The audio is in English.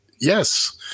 yes